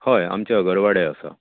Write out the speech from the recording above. हय आमचें अगरवाड्या आसा